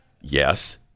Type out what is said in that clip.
Yes